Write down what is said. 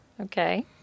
Okay